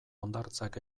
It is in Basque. hondartzak